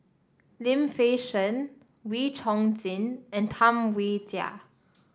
Lim Fei Shen Wee Chong Jin and Tam Wai Jia